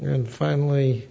and finally